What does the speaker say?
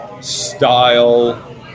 style